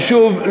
ושוב,